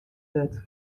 wurd